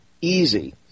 easy